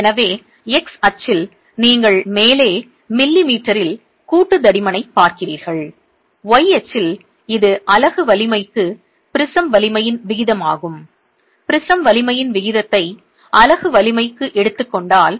எனவே x அச்சில் நீங்கள் மேலே மில்லிமீட்டரில் கூட்டு தடிமனை பார்க்கிறீர்கள் y அச்சில் இது அலகு வலிமைக்கு ப்ரிஸம் வலிமையின் விகிதமாகும் ப்ரிஸம் வலிமையின் விகிதத்தை அலகு வலிமைக்கு எடுத்துக்கொண்டால்